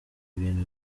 ibintu